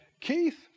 Keith